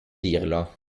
dirlo